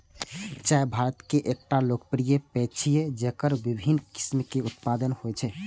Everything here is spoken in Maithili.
चाय भारत के एकटा लोकप्रिय पेय छियै, जेकर विभिन्न किस्म के उत्पादन होइ छै